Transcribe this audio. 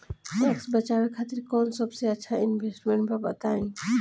Tax बचावे खातिर कऊन सबसे अच्छा इन्वेस्टमेंट बा बताई?